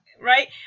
Right